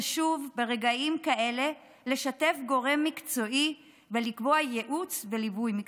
חשוב ברגעים כאלה לשתף גורם מקצועי ולקבוע ייעוץ וליווי מקצועי.